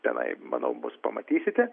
tenai manau mus pamatysite